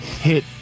Hit